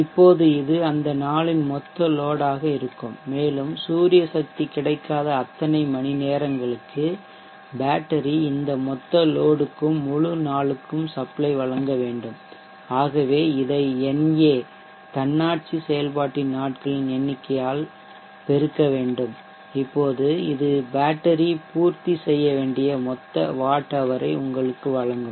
இப்போது இது அந்த நாளின் மொத்த லோட் ஆக இருக்கும் மேலும் சூரிய சக்தி கிடைக்காத அத்தனை மணிநேரங்களுக்கு பேட்டரி இந்த மொத்த லோட் க்கும் முழு நாளுக்கும் சப்ளை வழங்க வேண்டும் ஆகவே இதை na தன்னாட்சி செயல்பாட்டின் நாட்களின் எண்ணிக்கையால் பெருக்க வேண்டும் இப்போது இது பேட்டரி பூர்த்தி செய்ய வேண்டிய மொத்த வாட் ஹவர் ஐ உங்களுக்கு வழங்கும்